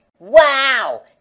Wow